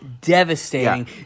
devastating